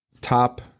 Top